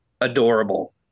adorable